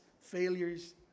failures